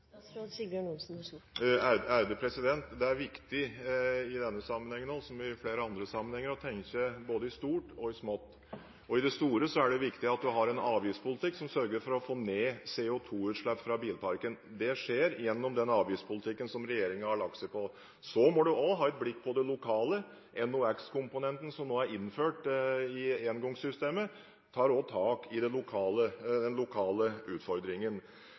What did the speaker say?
Det er viktig i denne sammenheng, som i flere andre sammenhenger, å tenke både i stort og i smått. I det store er det viktig at en har en avgiftspolitikk som sørger for å få ned CO2-utslippet fra bilparken. Det skjer gjennom den avgiftspolitikken som regjeringen har lagt seg på. Så må en også ha et blikk på det lokale. NOx-komponenten, som nå er innført i engangssystemet, tar også tak i den lokale utfordringen.